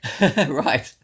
right